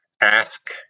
ask